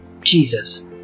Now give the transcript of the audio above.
Jesus